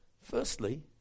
firstly